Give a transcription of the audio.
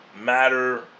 matter